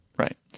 right